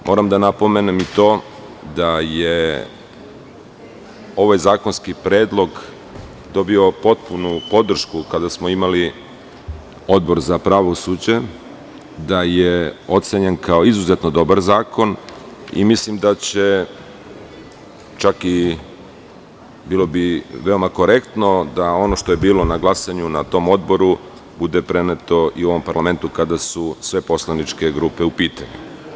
Moram da napomenem i to, da je ovaj zakonski predlog dobio potpunu podršku kada smo imali Odbor za pravosuđe, da je ocenjen kao izuzetno dobar zakon, i mislim da će, čak i bilo bi veoma korektno, da ono što je bilo na glasanju na tom odboru, bude preneto i u ovom parlamentu, kada su sve poslaničke grupe u pitanju.